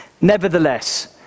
Nevertheless